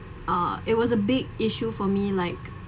uh it was a big issue for me like